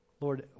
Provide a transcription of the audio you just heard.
Lord